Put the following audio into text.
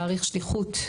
להעריך שליחות,